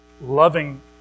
loving